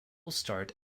starred